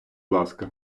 ласка